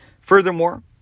Furthermore